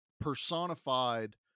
personified